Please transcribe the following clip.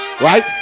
Right